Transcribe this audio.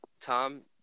Tom